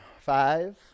Five